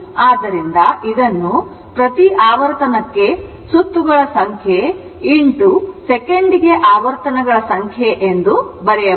ಆದ್ದರಿಂದ ಇದನ್ನು ಪ್ರತಿ ಆವರ್ತನಕ್ಕೆ ಸುತ್ತುಗಳ ಸಂಖ್ಯೆ ಸೆಕೆಂಡಿಗೆ ಆವರ್ತನಗಳ ಸಂಖ್ಯೆ ಎಂದು ಬರೆಯಬಹುದು